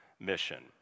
mission